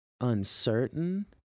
uncertain